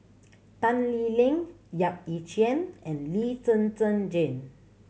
Tan Lee Leng Yap Ee Chian and Lee Zhen Zhen Jane